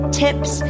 tips